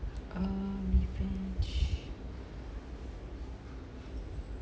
um revenge